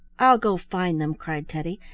i'll go find them, cried teddy,